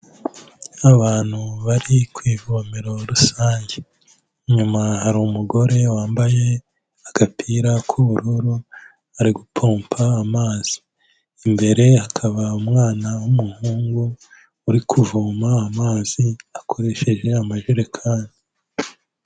Abantu bari ku ivomero rusange, inyuma hari umugore wambaye agapira k'ubururu ari gupompa amazi, imbere hakaba umwana w'umuhungu uri kuvoma amazi akoresheje amajerekani.